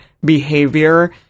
behavior